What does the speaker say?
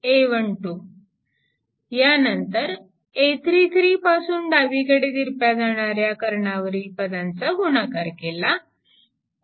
यानंतर a33 पासून डावीकडे तिरप्या जाणाऱ्या कर्णावरील पदांचा गुणाकार केला